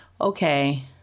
okay